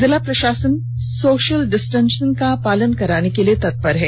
जिला प्रषासन social distancing का पालन कराने के लिए तत्पर है